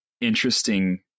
interesting